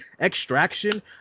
Extraction